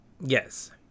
yes